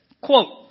quote